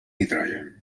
nitrogen